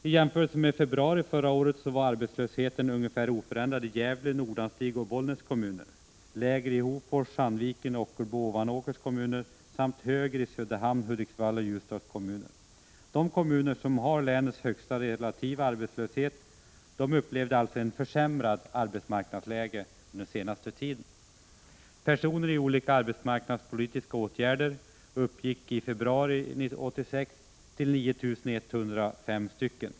I jämförelse med februari förra året var arbetslösheten ungefär oförändrad i Gävle, Nordanstigs och Bollnäs kommuner, lägre i Hofors, Sandvikens, Ockelbos och Ovanåkers kommuner samt högre i Söderhamns, Hudiksvalls och Ljusdals kommuner. De kommuner som har länets högsta relativa arbetslöshet upplevde alltså ett försämrat arbetsmarknadsläge den senaste tiden. Antalet personer i olika arbetsmarknadspolitiska åtgärder uppgick i februari 1986 till 9 105.